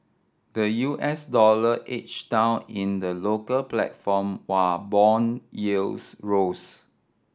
the U S dollar each down in the local platform while bond yields rose